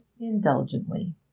indulgently